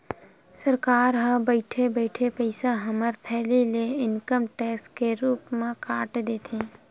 सरकार ह बइठे बइठे पइसा हमर थैली ले इनकम टेक्स के रुप म काट देथे